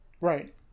right